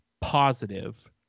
positive –